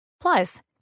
Plus